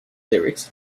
lyrics